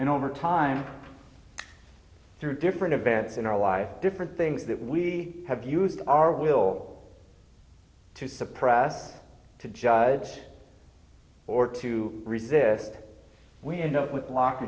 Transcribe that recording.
and over time through different events in our life different things that we have used our will to suppress to judge or to resist we end up with block